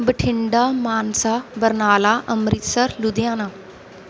Bathinda Mansa Barnala Amritsar Ludhiana